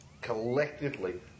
collectively